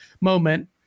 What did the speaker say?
moment